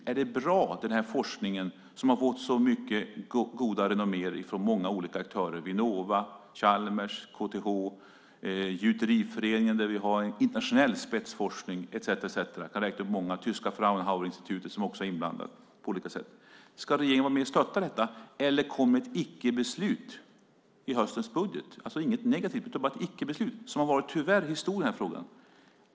Ska regeringen vara med och stötta forskning som har fått så gott renommé från många olika aktörer, Vinnova, Chalmers, KTH, Gjuteriföreningen med internationell spetsforskning och tyska Fraunhoferinstitutet? Eller ska ett icke-beslut komma i höstens budget - inget negativt utan bara ett icke-beslut? Det har tyvärr varit historien i den här frågan.